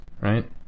right